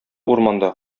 урманда